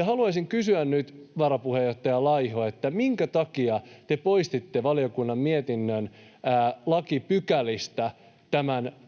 Haluaisin kysyä nyt, varapuheenjohtaja Laiho: Minkä takia te poistitte valiokunnan mietinnön lakipykälistä